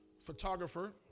photographer